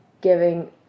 giving